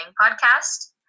podcast